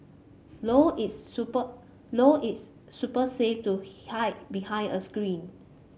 low its super low its super safe to hide behind a screen